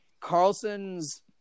Carlson's